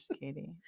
katie